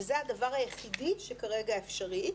וזה הדבר היחידי שכרגע אפשרי,